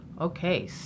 Okay